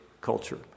culture